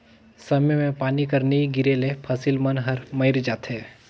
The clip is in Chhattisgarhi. समे मे पानी कर नी गिरे ले फसिल मन हर मइर जाथे